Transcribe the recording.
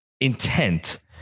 intent